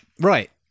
Right